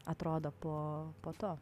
atrodo po po to